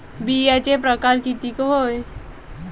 बिम्याचे परकार कितीक हाय?